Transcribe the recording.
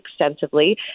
extensively